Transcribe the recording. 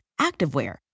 activewear